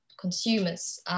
consumers